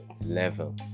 level